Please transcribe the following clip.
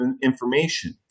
information